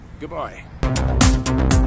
Goodbye